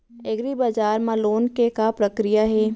एग्रीबजार मा लोन के का प्रक्रिया हे?